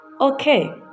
Okay